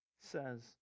says